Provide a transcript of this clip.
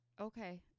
Okay